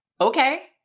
okay